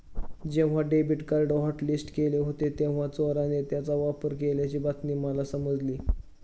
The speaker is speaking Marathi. जेव्हा डेबिट कार्ड हॉटलिस्ट केले होते तेव्हा चोराने त्याचा वापर केल्याची बातमी मला समजली